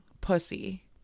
Pussy